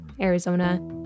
Arizona